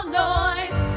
noise